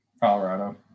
Colorado